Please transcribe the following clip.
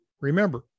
remember